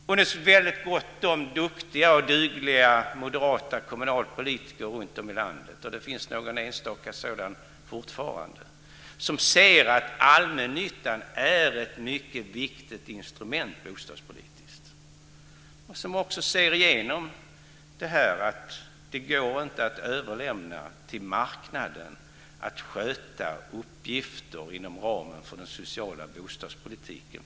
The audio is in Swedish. Det har funnits väldigt gott om duktiga och dugliga moderata kommunalpolitiker runtom i landet. Det finns fortfarande några enstaka sådana som inser att allmännyttan är ett mycket viktigt bostadspolitiskt instrument och som förstår att det inte går att överlämna till marknaden att fullt ut sköta uppgifter inom ramen för den sociala bostadspolitiken.